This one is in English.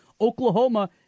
Oklahoma